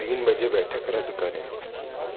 तीन बजे बैठक रद्द करें